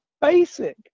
basic